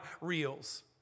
reels